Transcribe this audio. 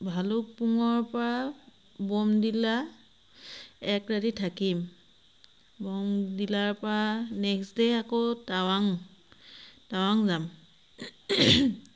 ভালুকপুঙৰ পৰা ব'মডিলা এক ৰাতি থাকিম ব'মডিলাৰ পৰাা নেক্সট ডে' আকৌ টাৱাং টাৱাং যাম